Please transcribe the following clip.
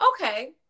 okay